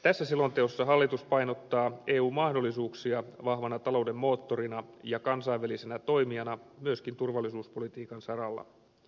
tässä selonteossa hallitus painottaa eun mahdollisuuksia vahvana talouden moottorina ja kansainvälisenä toimijana myöskin turvallisuuspolitiikan saralla